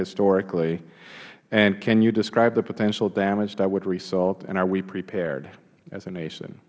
historically and can you describe the potential damage that would result and are we prepared as a nation